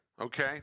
Okay